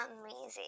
amazing